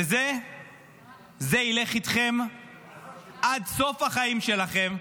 זה ילך איתכם עד סוף החיים שלכם.